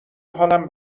حالم